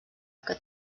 que